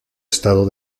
estado